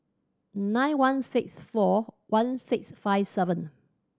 nine one six four one six five seven